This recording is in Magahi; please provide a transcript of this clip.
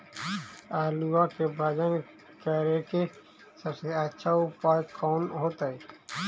आलुआ के वजन करेके सबसे अच्छा उपाय कौन होतई?